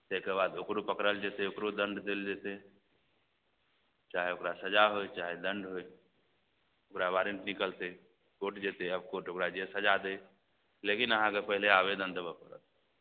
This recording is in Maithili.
ताहिके बाद ओकरो पकड़ल जएतै ओकरो दण्ड देल जएतै चाहे ओकरा सजा होइ चाहे दण्ड होइ ओकरा वारण्ट निकलतै कोर्ट जएतै आब कोर्ट ओकरा जे सजा दै लेकिन अहाँके पहिले आवेदन देबऽ पड़त